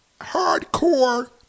hardcore